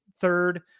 third